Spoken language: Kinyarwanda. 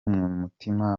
umutima